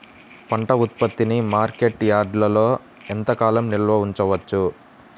పంట ఉత్పత్తిని మార్కెట్ యార్డ్లలో ఎంతకాలం నిల్వ ఉంచవచ్చు?